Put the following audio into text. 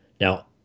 Now